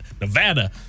Nevada